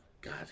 God